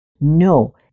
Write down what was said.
No